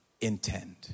intend